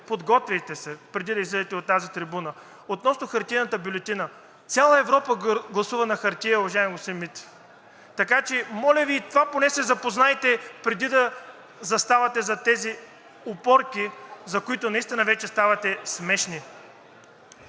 подготвяйте се преди да излезете на тази трибуна. Относно хартиената бюлетина. Цяла Европа гласува на хартия, уважаеми господин Митев. Така че, моля Ви, с това поне се запознайте преди да заставате зад тези опорки, за които наистина вече ставате смешни.